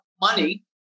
money